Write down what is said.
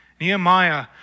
Nehemiah